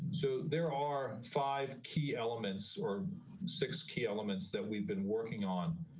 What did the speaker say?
so there are five key elements or six key elements that we've been working on.